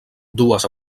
dues